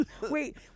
Wait